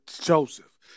Joseph